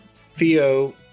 Theo